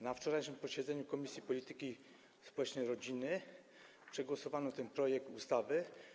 Na wczorajszym posiedzeniu Komisji Polityki Społecznej i Rodziny przegłosowano ten projekt ustawy.